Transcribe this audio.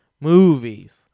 movies